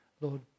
Lord